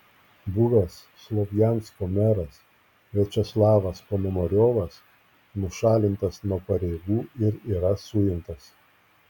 buvęs slovjansko meras viačeslavas ponomariovas nušalintas nuo pareigų ir yra suimtas